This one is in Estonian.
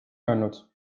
öelnud